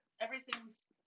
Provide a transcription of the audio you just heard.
Everything's